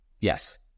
Yes